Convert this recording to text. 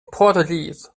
portuguese